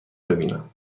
ببینم